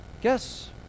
Guess